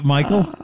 Michael